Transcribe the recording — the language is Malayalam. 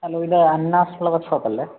ഹലോ ഇത് അന്നാസ് ഫ്ലവർ ഷോപ്പ് അല്ലേ